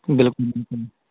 ਬਿਲਕੁਲ